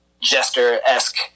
Jester-esque